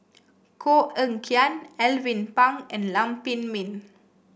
Koh Eng Kian Alvin Pang and Lam Pin Min